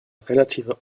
relativer